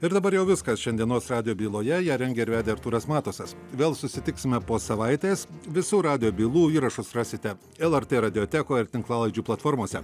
ir dabar jau viskas šiandienos radijo byloje ją rengė ir vedė artūras matusas vėl susitiksime po savaitės visų radijo bylų įrašus rasite lrt radiotekoj ir tinklalaidžių platformose